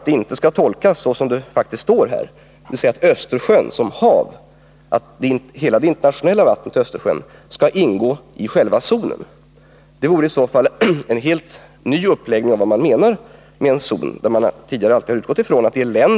Det är väl inte tänkt att hela Östersjön som internationellt hav skall ingå i zonen? Så står det faktiskt i svaret. Det vore i så fall en helt ny tolkning av begreppet zon.